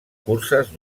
curses